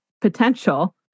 potential